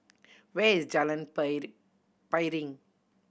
where is Jalan Piring